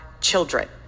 children